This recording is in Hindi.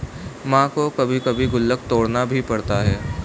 मां को कभी कभी गुल्लक तोड़ना भी पड़ता है